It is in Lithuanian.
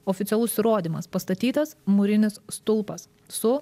oficialus įrodymas pastatytas mūrinis stulpas su